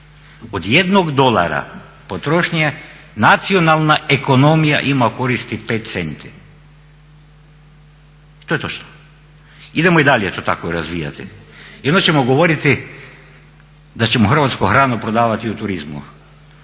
Od 1 dolara potrošnje nacionalna ekonomija ima koristi 5 centi i to je točno. Idemo i dalje to tako razvijati i onda ćemo govoriti da ćemo hrvatsku hranu prodavati u turizmu.